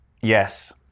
Yes